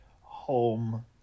home